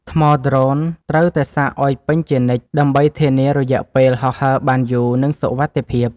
ថ្មដ្រូន ត្រូវតែសាកឱ្យពេញជានិច្ច ដើម្បីធានារយៈពេលហោះហើរបានយូរ និងសុវត្ថិភាព។